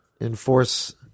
enforce